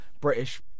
British